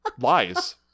lies